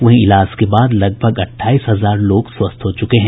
वहीं इलाज के बाद लगभग अट्ठाईस हजार लोग स्वस्थ हो चुके हैं